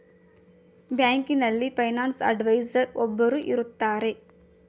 ಬ್ಯಾಂಕಿನಲ್ಲಿ finance adviser ಒಬ್ಬರು ಇರುತ್ತಾರೆ